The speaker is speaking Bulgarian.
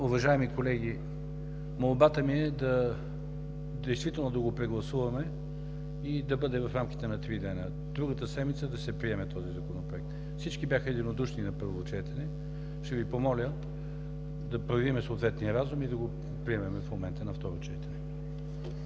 Уважаеми колеги, молбата ми е действително да го прегласуваме и да бъде в рамките на три дни, другата седмица да се приеме този Законопроект. Всички бяха единодушни на първо четене. Ще Ви помоля да проявим съответния разум и да го приемем в момента на второ четене.